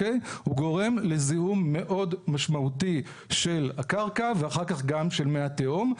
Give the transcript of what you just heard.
הוא גורם לזיהום מאוד משמעותי של הקרקע ואחר כך גם של מי התהום,